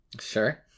Sure